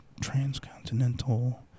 transcontinental